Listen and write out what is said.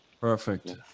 Perfect